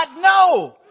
No